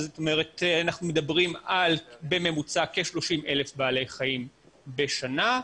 אנחנו מדברים על בממוצע כ-30,000 בעלי חיים בשנה,